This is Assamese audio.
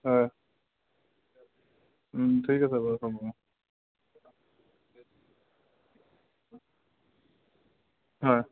হয় ঠিক আছে বাৰু হ'ব অঁ হয়